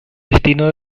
destino